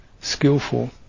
skillful